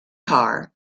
carr